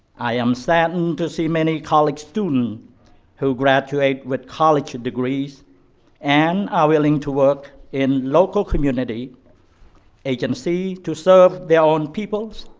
i am saddened to see many college student who graduate with college degrees and are willing to work in local community agency to serve their own peoples,